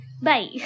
bye